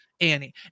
annie